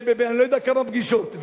ואני לא יודע בכמה פגישות,